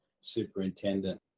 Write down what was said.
superintendent